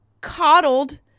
coddled